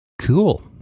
Cool